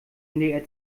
ndr